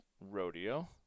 rodeo